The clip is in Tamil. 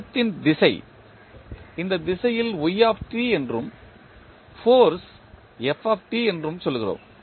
இயக்கத்தின் திசை இந்த திசையில் என்றும் ஃபோர்ஸ் என்றும் சொல்கிறோம்